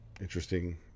interesting